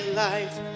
life